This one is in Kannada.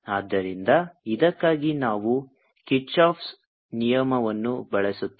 ಆದ್ದರಿಂದ ಇದಕ್ಕಾಗಿ ನಾವು ಕಿರ್ಚಾಫ್Kirchhoff's ನಿಯಮವನ್ನು ಬಳಸುತ್ತೇವೆ